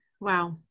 wow